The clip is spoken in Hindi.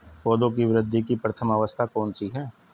पौधों की वृद्धि की प्रथम अवस्था कौन सी है?